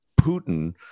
Putin